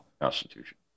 Constitution